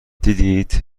دیدید